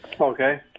Okay